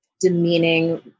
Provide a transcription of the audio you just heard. demeaning